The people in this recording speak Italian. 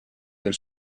del